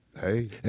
Hey